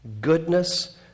goodness